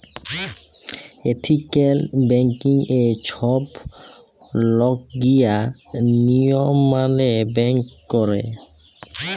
ethical ব্যাংকিংয়ে ছব লকগিলা লিয়ম মালে ব্যাংক ক্যরে